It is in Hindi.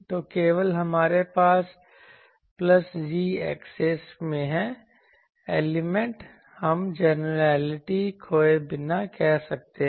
तो केवल हमारे पास प्लस z एक्सिस में हैं एलिमेंट हम जनरैलीटी खोए बिना कह सकते हैं